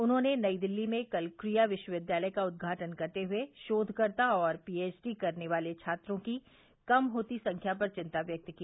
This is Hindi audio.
उन्होंने नई दिल्ली में कल क्रिया विश्वविद्यालय का उद्घाटन करते हुए शोधकर्ता और पीएचडी करने वाले छात्रों की कम होती संख्या पर चिंता व्यक्त की